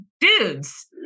dudes